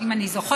אם אני זוכרת.